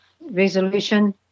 Resolution